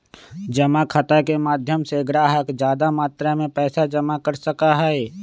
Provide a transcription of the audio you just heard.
जमा खाता के माध्यम से ग्राहक ज्यादा मात्रा में पैसा जमा कर सका हई